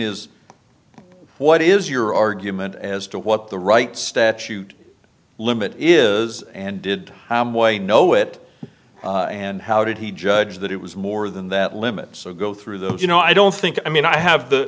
is what is your argument as to what the right statute limit is and did a know it and how did he judge that it was more than that limit so go through the you know i don't think i mean i have the